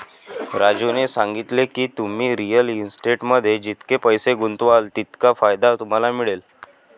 राजूने सांगितले की, तुम्ही रिअल इस्टेटमध्ये जितके पैसे गुंतवाल तितका फायदा तुम्हाला मिळेल